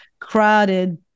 Crowded